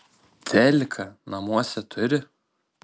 teliką namuose turi